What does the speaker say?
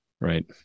right